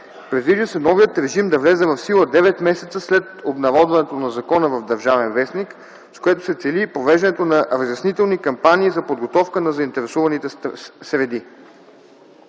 Предвижда се новият режим да влезе в сила 9 месеца след обнародването на закона в „Държавен вестник”, с което се цели провеждането на разяснителни кампании за подготовка на заинтересуваните среди.